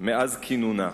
מאז כינונה.